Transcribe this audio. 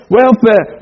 welfare